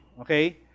okay